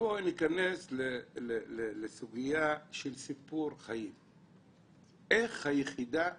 בואי ניכנס לסוגיה של סיפור חיים לגבי איך היחידה עובדת,